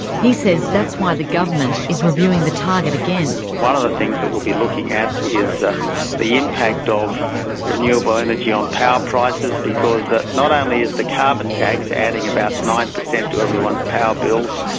he says that's why the government is reviewing the target again. one of the things that we'll be looking at is ah the impact of renewable energy on power prices, because not only is the carbon tax adding about nine percent to everyone's power bills,